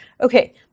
Okay